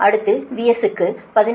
அடுத்து VS க்கு 11